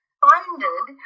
funded